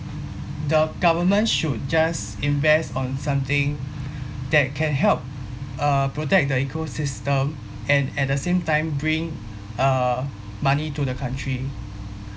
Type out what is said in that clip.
the government should just invest on something that can help uh protect the ecosystem and at the same time bring uh money to the country